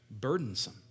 Burdensome